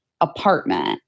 apartment